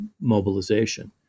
mobilization